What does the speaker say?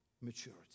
maturity